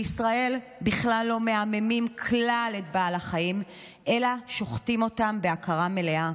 בישראל לא מהממים כלל את בעלי החיים אלא שוחטים אותם בהכרה מלאה.